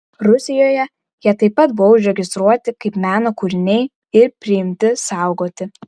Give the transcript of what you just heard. rusijoje jie taip pat buvo užregistruoti kaip meno kūriniai ir priimti saugoti